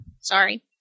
Sorry